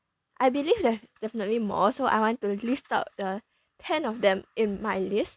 I believe there's definitely more so I want to list out the ten of them in my list